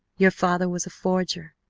your father was a forger!